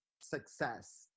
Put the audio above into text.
success